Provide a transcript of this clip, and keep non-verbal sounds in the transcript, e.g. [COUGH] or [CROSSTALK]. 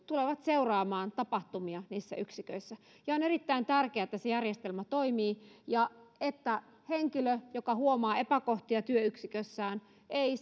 seuraamaan tapahtumia niissä yksiköissä ja on erittäin tärkeätä että se järjestelmä toimii ja että henkilö joka huomaa epäkohtia työyksikössään ei [UNINTELLIGIBLE]